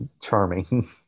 Charming